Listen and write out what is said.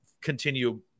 continue